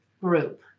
group